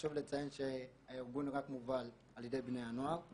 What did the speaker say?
חשוב לציין שהארגון מובל רק על ידי בני נוער.